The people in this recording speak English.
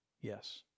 Yes